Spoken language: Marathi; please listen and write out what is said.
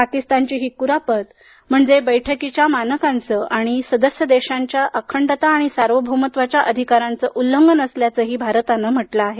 पाकिस्तानची ही कुरापत म्हणजे बैठकीच्या मानकांचं आणि सदस्य देशांच्या अखंडता आणि सर्वभौमत्वाच्या अधिकारांचं उल्लंघन असल्याचंही भारताने म्हटलं आहे